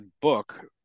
book